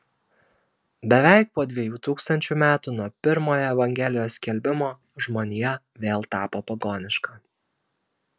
beveik po dviejų tūkstančių metų nuo pirmojo evangelijos skelbimo žmonija vėl tapo pagoniška